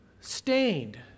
stained